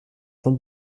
von